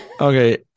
Okay